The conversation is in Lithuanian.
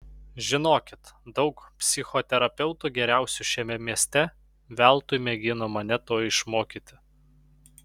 žinokit daug psichoterapeutų geriausių šiame mieste veltui mėgino mane to išmokyti